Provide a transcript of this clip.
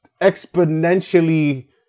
exponentially